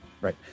right